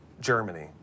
Germany